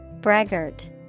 Braggart